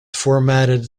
formatted